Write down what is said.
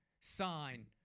sign